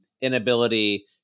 inability